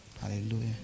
Hallelujah